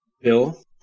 Bill